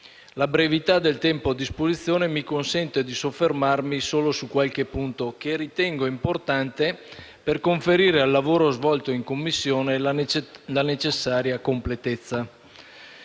La brevità del tempo a disposizione mi consente di intervenire solo su qualche punto che ritengo importante per conferire al lavoro svolto in Commissione la necessaria completezza.